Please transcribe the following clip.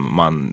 man